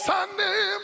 Sunday